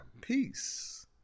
Peace